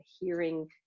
hearing